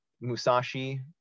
Musashi